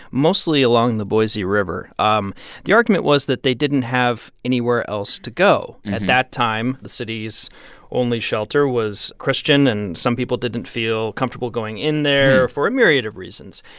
mostly along the boise river. um the argument was that they didn't have anywhere else to go. at that time, the city's only shelter was christian, and some people didn't feel comfortable going in there for a myriad of reasons.